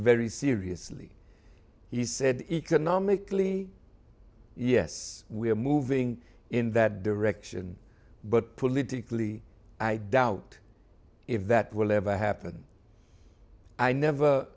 very seriously he said economically yes we are moving in that direction but politically i doubt if that will ever happen i never